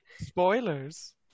spoilers